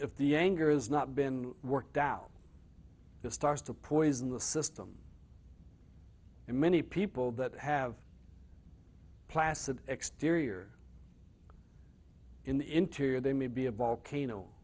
if the anger is not been worked out to start to poison the system and many people that have placid exterior interior they may be a volcano